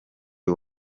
uyu